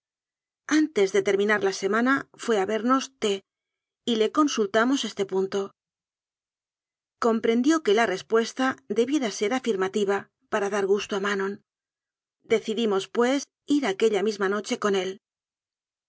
antes de ter minar la semana fué a vernos t y le consul tamos este punto comprendió que la respuesta debiera ser afirmativa para dar gusto a manon decidimos pues ir aquella misma noche con él